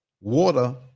water